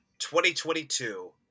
2022